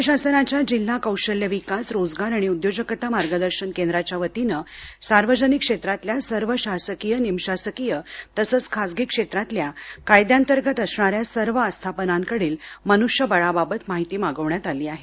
राज्य शासनाच्या जिल्हा कौशल्य विकास रोजगार आणि उद्योजकता मार्गदर्शन केंद्राच्या वतीनं सार्वजनिक क्षेत्रातल्या सर्व शासकीय निमशासकीय तसंच खासगी क्षेत्रातल्या कायद्याअंतर्गत असणाऱ्या सर्व आस्थापनांकडील मन्ष्यबळाबाबत माहिती मागवण्यात आली आहे